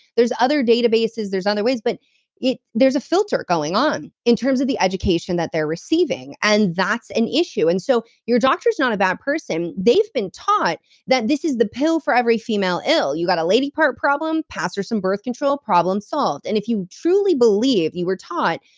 there's other databases, there's other ways, but there's a filter going on in terms of the education that they're receiving, and that's an issue. and so your doctor's not a bad person. they've been taught that this is the pill for every female ill. you've got a lady problem, pass her some birth control, problem solved and if you truly believe, you were taught,